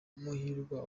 muhirwa